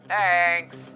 Thanks